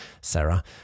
Sarah